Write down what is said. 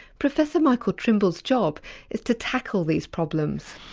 professor michael trimble's job is to tackle these problems.